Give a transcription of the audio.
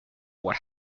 what